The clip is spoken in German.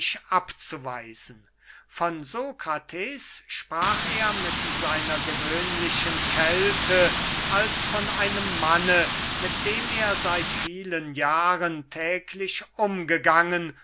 abzuweisen von sokrates sprach er mit seiner gewöhnlichen kälte als von einem manne mit dem er seit vielen jahren täglich umgegangen